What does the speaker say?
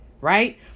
right